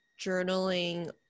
journaling